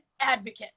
advocate